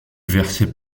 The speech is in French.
versait